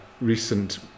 recent